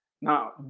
Now